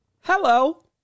Hello